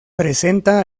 presenta